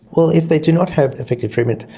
well, if they do not have effective treatment,